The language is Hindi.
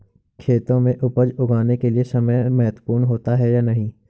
खेतों में उपज उगाने के लिये समय महत्वपूर्ण होता है या नहीं?